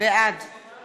בעד